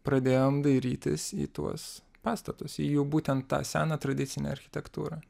pradėjom dairytis į tuos pastatus į jų būtent tą seną tradicinę architektūrą